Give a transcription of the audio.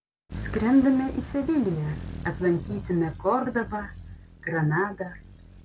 skrendame į seviliją aplankysime kordobą granadą